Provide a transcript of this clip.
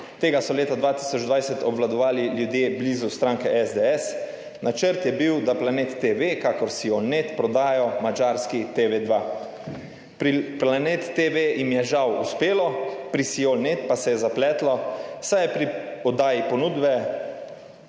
tega so leta 2020 obvladovali ljudje blizu stranke SDS. Načrt je bil, da Planet TV kakor SiOL.net prodajo madžarski TV 2. Pri Planet TV jim je žal uspelo, pri SiOL.net pa se je zapletlo, saj je pri oddaji ponudbe